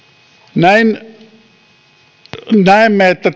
näemme että